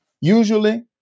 Usually